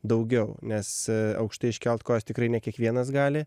daugiau nes aukštai iškelt kojas tikrai ne kiekvienas gali